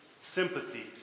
sympathy